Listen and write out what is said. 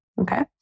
Okay